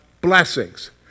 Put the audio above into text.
blessings